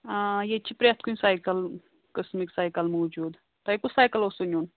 آ ییٚتہِ چھِ پرٛٮ۪تھ کُنہِ سایکل قٕسمٕکۍ سایکل موجوٗد تۄہہِ کُس سایکل اوسوُ نیُن